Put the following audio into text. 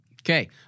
Okay